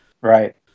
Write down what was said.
Right